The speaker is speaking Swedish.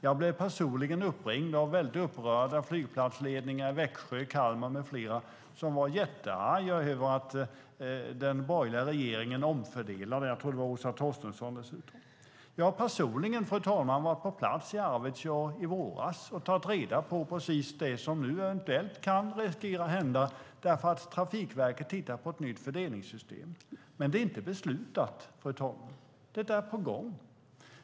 Jag blev personligen uppringd av väldigt upprörda flygplatsledningar i Växjö, Kalmar med flera som var jättearga över att den borgerliga regeringen omfördelade. Jag tror att det var Åsa Torstensson dessutom. Jag var, fru talman, personligen på plats i Arvidsjaur i våras och har tagit reda på precis det som nu lätt kan riskera att hända därför att Trafikverket tittar på ett nytt fördelningssystem. Det är inte beslutat, fru talman, men det är på gång.